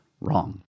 wrong